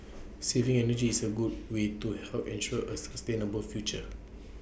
saving energy is A good way to help ensure A sustainable future